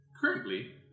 currently